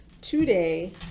Today